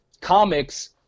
comics